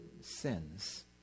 sins